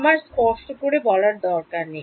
আমার স্পষ্ট করে বলার দরকার নেই